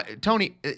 Tony